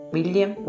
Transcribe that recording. William